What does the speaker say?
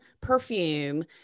perfume